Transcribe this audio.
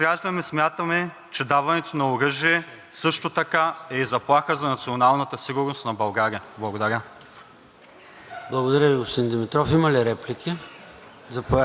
Благодаря Ви, господин Димитров. Има ли реплики? Заповядайте за реплика.